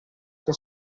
che